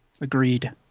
agreed